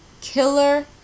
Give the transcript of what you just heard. Killer